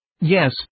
Yes